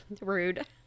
Rude